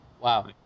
Wow